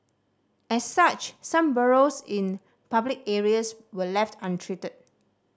as such some burrows in public areas were left untreated